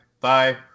bye